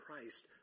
Christ